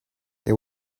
they